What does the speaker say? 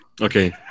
Okay